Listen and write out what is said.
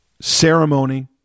ceremony